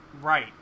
Right